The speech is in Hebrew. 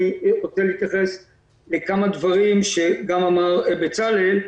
רוצה להתייחס לכמה דברים שאמר בצלאל,